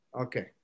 Okay